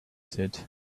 said